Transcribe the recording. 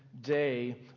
day